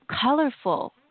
colorful